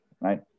right